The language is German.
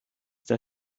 der